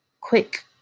quick